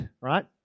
right